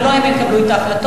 ולא הם יקבלו את ההחלטות,